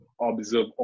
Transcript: observe